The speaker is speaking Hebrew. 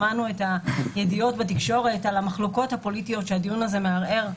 את הידיעות בתקשורת על המחלוקות הפוליטיות שהדיון הזה מעורר.